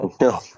No